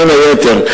בין היתר,